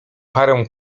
parę